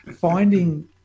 finding